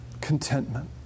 Contentment